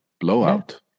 blowout